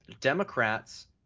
Democrats